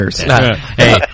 Hey